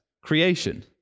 creation